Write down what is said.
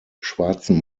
schwarzen